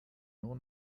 nur